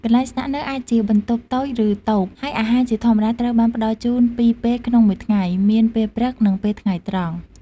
កន្លែងស្នាក់នៅអាចជាបន្ទប់តូច ឬតូប ហើយអាហារជាធម្មតាត្រូវបានផ្តល់ជូនពីរពេលក្នុងមួយថ្ងៃ មានពេលព្រឹកនិងពេលថ្ងៃត្រង់។